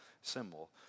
symbol